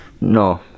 No